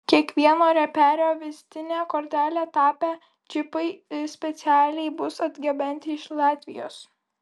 kiekvieno reperio vizitine kortele tapę džipai specialiai bus atgabenti iš latvijos